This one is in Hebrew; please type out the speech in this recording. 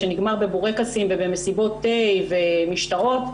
שנגמר בבורקסים ובמסיבות תה ומשתאות.